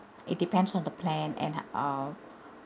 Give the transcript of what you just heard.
it depends on the plan and uh